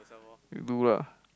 you do lah